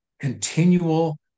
continual